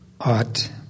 Ought